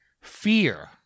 fear